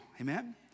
Amen